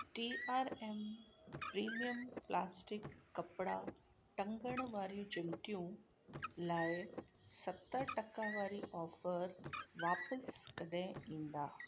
T R M premium plastic कपिड़ा टंगड़ वारियूं चिमटियूं लाइ सत टका वारी ऑफर वापिसि कॾहिं ईंदा